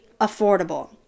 affordable